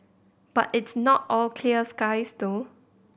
but it's not all clear skies though